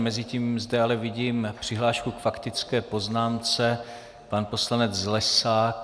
Mezitím zde ale vidím přihlášku k faktické poznámce pan poslanec Zlesák?